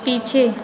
पीछे